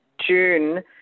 June